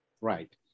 Right